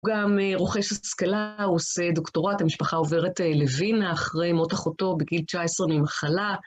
הוא גם רוכש השכלה, עושה דוקטורט, המשפחה עוברת לווינה אחרי מות אחותו בגיל 19 ממחלה.